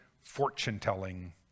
fortune-telling